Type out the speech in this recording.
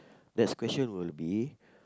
next question will be